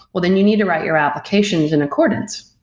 well, then you need to write your applications in accordance.